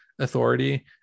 authority